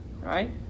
right